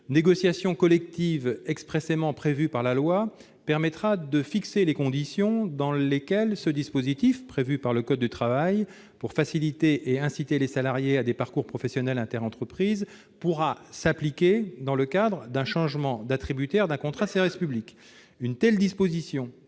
négociation collective expressément prévue par la loi permettra de fixer les conditions dans lesquelles ce dispositif, prévu par le code du travail pour favoriser et faciliter des parcours professionnels interentreprises, pourra s'appliquer dans le cadre d'un changement d'attributaire d'un contrat de service public. Une telle disposition